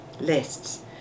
lists